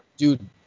Dude